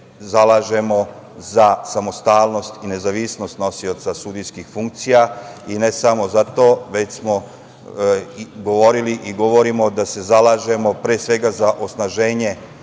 zalažemo za samostalnost i nezavisnost nosioca sudijskih funkcija i ne samo zato već smo govorili i govorimo da se zalažemo pre svega za osnaživanje